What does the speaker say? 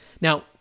Now